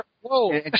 Whoa